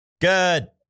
Good